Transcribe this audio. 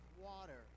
water